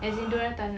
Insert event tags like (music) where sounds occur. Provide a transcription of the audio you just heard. (breath)